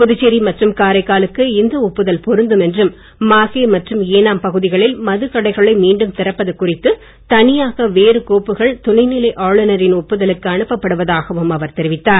புதுச்சேரி மற்றும் காரைக்காலுக்கு இந்த ஒப்புதல் பொருந்தும் என்றும் மாகே மற்றும் ஏனாம் பகுதிகளில் மதுக்கடைகளை மீண்டும் திறப்பது குறித்து தனியாக வேறு கோப்புக்கள் துணைநிலை ஆளுநரின் ஒப்புதலுக்கு அனுப்பப் படுவதாகவும் அவர் தெரிவித்தார்